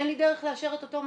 אין לי דרך לאשר את אותו משקיע.